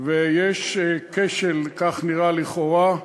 ויש כשל, כך נראה לכאורה,